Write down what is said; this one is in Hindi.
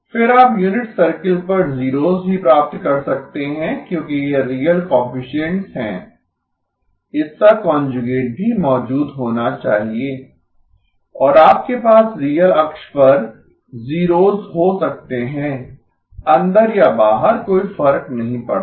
फिर आप यूनिट सर्किल पर जीरोस भी प्राप्त कर सकते हैं क्योंकि ये रियल कोएफिसिएंट्स हैं इसका कांजुगेट भी मौजूद होना चाहिए और आपके पास रियल अक्ष पर जीरोस हो सकते हैं अंदर या बाहर कोई फर्क नहीं पड़ता